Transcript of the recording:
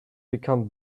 become